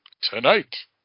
tonight